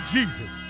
Jesus